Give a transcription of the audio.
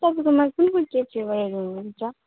तपाईँकोमा कुन कुन केक फ्लेभरहरू हुन्छ